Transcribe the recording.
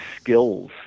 skills